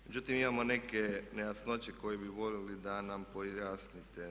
Međutim, imamo neke nejasnoće koje bi govorili da nam pojasnite.